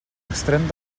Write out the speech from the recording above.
extrem